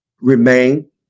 remain